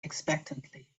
expectantly